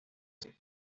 salir